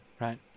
Right